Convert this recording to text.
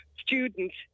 students